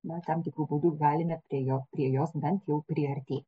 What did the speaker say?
na tam tikru būdu galime prie jo prie jos bent jau priartėti